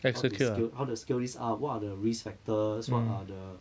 how to scale how to scale this up what are the risk factors what are the